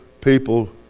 people